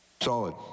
solid